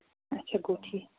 اَچھا گوٚو ٹھیٖک